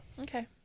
Okay